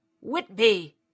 Whitby